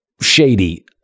shady